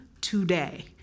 today